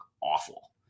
awful